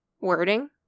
Wording